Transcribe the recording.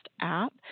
app